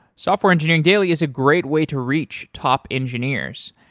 software engineering daily is a great way to reach top engineers.